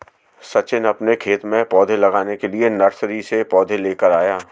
सचिन अपने खेत में पौधे लगाने के लिए नर्सरी से पौधे लेकर आया